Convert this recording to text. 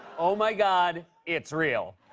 oh, my god, it's real.